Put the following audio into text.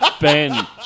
Ben